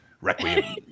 Requiem